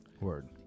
Word